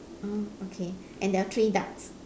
oh okay and there are three ducks